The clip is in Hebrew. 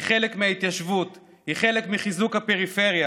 היא חלק מההתיישבות, היא חלק מחיזוק הפריפריה,